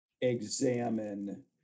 examine